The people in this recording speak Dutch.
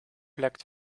lekt